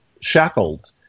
shackled